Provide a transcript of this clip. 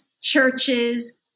churches